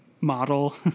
model